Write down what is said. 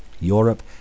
Europe